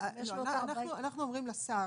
אנחנו אומרים לשר,